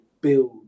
build